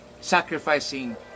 sacrificing